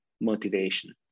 motivation